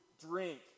drink